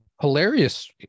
hilarious